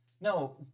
No